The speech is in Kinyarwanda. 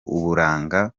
uburanga